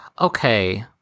okay